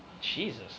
Jesus